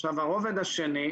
הרובד השני,